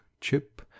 chip